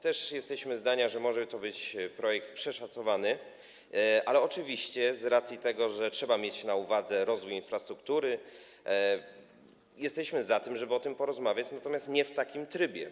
Też jesteśmy zdania, że może to być projekt przeszacowany, ale oczywiście z racji tego, że trzeba mieć na uwadze rozwój infrastruktury, jesteśmy za tym, żeby o tym porozmawiać, natomiast nie w takim trybie.